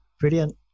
brilliant